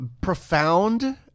profound